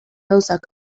gauzak